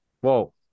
Whoa